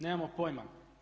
Nemamo pojma.